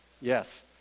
Yes